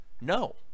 No